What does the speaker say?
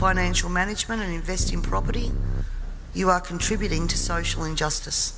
financial management and invest in property you are contributing to social injustice